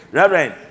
Reverend